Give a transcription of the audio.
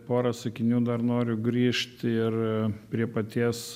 porą sakinių dar noriu grįžt ir prie paties